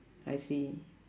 I see